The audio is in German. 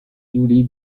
juli